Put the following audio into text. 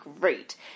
great